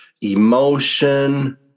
emotion